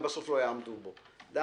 שבסוף גם לא יעמדו בו, כמו תמיד.